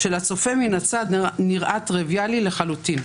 שלצופה מן הצד נראה טריוויאלי לחלוטין.